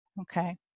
Okay